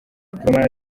gor